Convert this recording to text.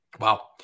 Wow